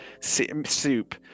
Soup